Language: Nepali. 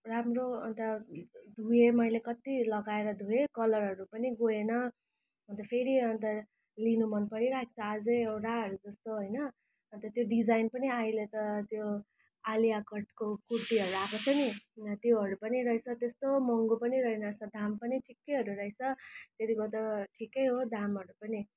राम्रो अन्त धोएँ मैले कति लगाएर धोएँ कलरहरू पनि गएन अन्त फेरि अन्त लिनु मनपरिरहेको छ अझै एउटाहरू जस्तो होइन त्यो डिजाइन पनि अहिले त त्यो आलिया कटको कुर्तीहरू आएको छ नि त्योहरू पनि रहेछ त्यस्तो महँगो पनि रहेनछ दाम पनि छ ठिकैहरू रहेछ त्यतिको त ठिकै हो दामहरू पनि